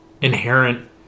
inherent